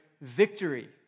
victory